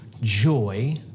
joy